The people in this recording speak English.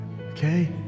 okay